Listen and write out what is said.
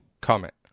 comment